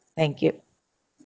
thank you